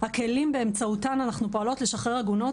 הכלים באמצעותם אנחנו פועלות לשחרר עגונות,